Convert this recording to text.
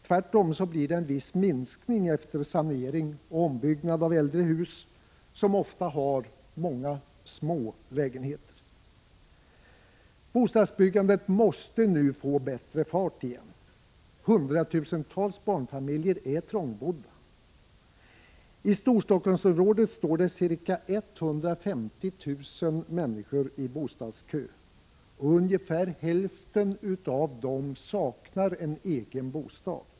Tvärtom blir det en viss minskning efter sanering och ombyggnad av äldre hus som ofta har många små lägenheter. Bostadsbyggandet måste nu få bättre fart igen. Hundratusentals barnfamiljer är trångbodda. I Storstockholmsområdet står ca 150 000 människor i bostadskö, och ungefär hälften utav dem saknar en egen bostad.